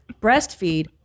breastfeed